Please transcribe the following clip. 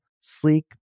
sleek